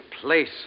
place